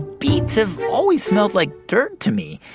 beets have always smelled like dirt to me.